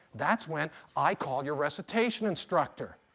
that's when i call your recitation instructor.